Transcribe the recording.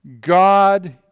God